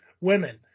Women